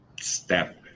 step